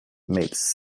meets